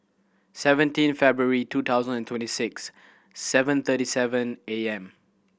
seventeen February two thousand and twenty six seven thirty seven A M